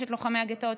יש לוחמי הגטאות,